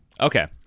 Okay